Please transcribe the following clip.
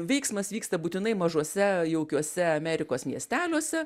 veiksmas vyksta būtinai mažuose jaukiuose amerikos miesteliuose